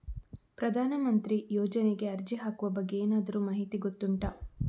ಪ್ರಧಾನ ಮಂತ್ರಿ ಯೋಜನೆಗೆ ಅರ್ಜಿ ಹಾಕುವ ಬಗ್ಗೆ ಏನಾದರೂ ಮಾಹಿತಿ ಗೊತ್ತುಂಟ?